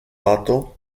πάτο